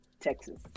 texas